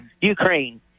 Ukraine